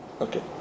Okay